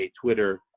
Twitter